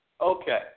Okay